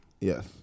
Yes